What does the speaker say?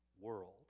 world